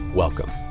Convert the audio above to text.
Welcome